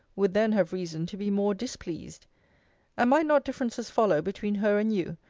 would then have reason to be more displeased and might not differences follow between her and you,